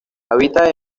habita